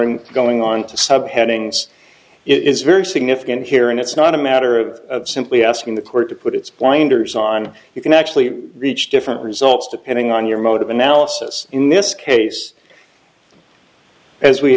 before going on to subheadings it is very significant here and it's not a matter of simply asking the court to put its blinders on you can actually reach different results depending on your motive analysis in this case as we